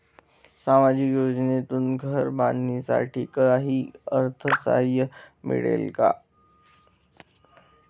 सामाजिक योजनेतून घर बांधण्यासाठी काही अर्थसहाय्य मिळेल का?